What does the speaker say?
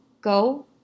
Go